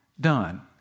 done